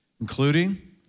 including